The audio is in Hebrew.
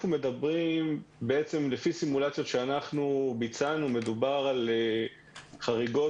לפי סימולציות שביצענו מדובר על חריגות